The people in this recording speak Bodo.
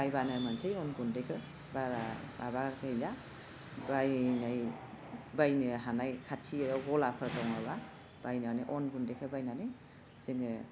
बायबानो मोनसै अन गुन्दैखो बारा माबा गैला बायनाय बायनो हानाय खाथियाव गलाफोर दङबा बायनानै अन गुन्दैखौ बायनानै जोङो